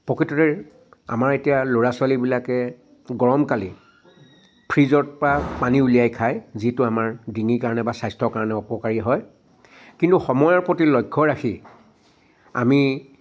প্ৰকৃততে আমাৰ এতিয়া ল'ৰা ছোৱালীবিলাকে গৰম কালি ফ্ৰিজৰ পৰা পানী ওলিয়াই খায় যিটো আমাৰ ডিঙিৰ কাৰণে বা স্বাস্থ্যৰ কাৰণে অপকাৰী হয় কিন্তু সময়ৰ প্ৰতি লক্ষ্য ৰাখি আমি